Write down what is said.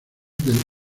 del